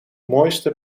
mooiste